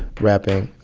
rapping